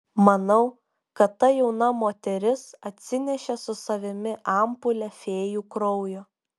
manau kad ta jauna moteris atsinešė su savimi ampulę fėjų kraujo